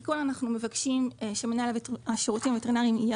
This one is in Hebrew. בתיקון אנחנו מבקשים שמנהל השירותים הווטרינריים יהיה